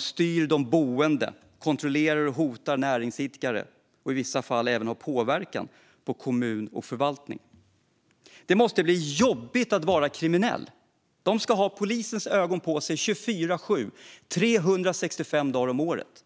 styr de boende, kontrollerar och hotar näringsidkare och i vissa fall även har påverkan på kommun och förvaltning. Det måste bli jobbigt att vara kriminell. De ska ha polisens ögon på sig 24:7, 365 dagar om året.